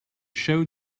showed